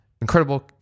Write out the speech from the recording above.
incredible